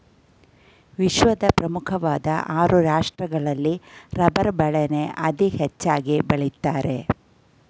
ವಿಶ್ವದ ಪ್ರಮುಖ್ವಾಧ್ ಆರು ರಾಷ್ಟ್ರಗಳಲ್ಲಿ ರಬ್ಬರ್ ಬೆಳೆನ ಅತೀ ಹೆಚ್ಚಾಗ್ ಬೆಳಿತಾರೆ